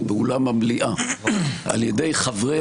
באולם המליאה על ידי חברי